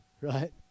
Right